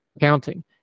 counting